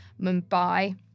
Mumbai